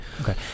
Okay